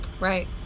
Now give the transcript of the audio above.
right